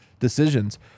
decisions